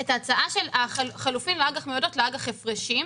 את ההצעה של חילופין מאג"ח מיועדות לאג"ח הפרשים,